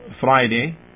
Friday